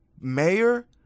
mayor